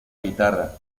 guitarra